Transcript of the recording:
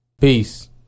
Peace